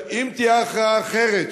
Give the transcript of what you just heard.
אם תהיה הכרעה אחרת,